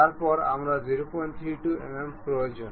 তারপর আমরা 032 mm প্রয়োজন